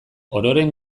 ororen